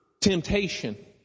temptation